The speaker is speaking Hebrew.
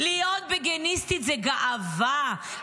להיות בגיניסטית זה גאווה,